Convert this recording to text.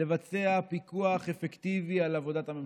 לבצע פיקוח אפקטיבי על עבודת הממשלה.